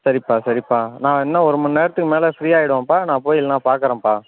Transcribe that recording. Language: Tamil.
சரிப்பா சரிப்பா நான் இன்னும் ஒரு மண்நேரத்துக்கு மேலே ஃப்ரீ ஆய்டுவேன்ப்பா நான் போய் இல்லைன்னா பார்க்குறேன்ப்பா